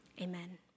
amen